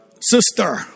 Sister